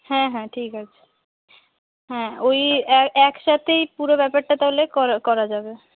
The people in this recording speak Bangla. হ্যাঁ হ্যাঁ ঠিক আছে হ্যাঁ ওই একসাথেই পুরো ব্যাপারটা তাহলে করা যাবে